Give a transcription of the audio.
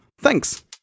Thanks